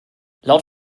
laut